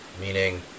meaning